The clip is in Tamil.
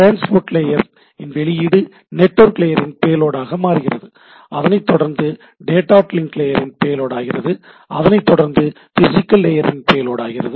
டிரான்ஸ்போர்ட் லேயர் இன் வெளியீடு நெட்வொர்க் லேயரின் பேலோடாக மாறுகிறது அதனைத் தொடர்ந்து டேட்டா லிங்க் லேயரின் பேலோடாகிறது அதனைத் தொடர்ந்து பிசிகல் லேயரின் பேலோடாகிறது